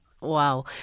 Wow